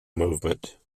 movement